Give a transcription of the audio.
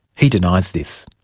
he denies this.